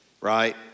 right